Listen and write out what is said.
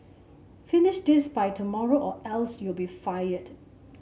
finish this by tomorrow or else you'll be fired